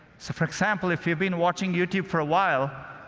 so, for example, if you've been watching youtube for a while,